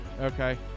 Okay